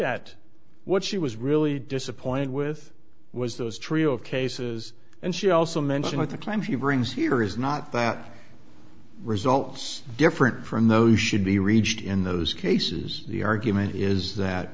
at what she was really disappointed with was those trio of cases and she also mentioned that the claim she brings here is not that results different from those should be reached in those cases the argument is that